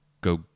go